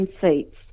seats